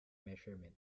measurement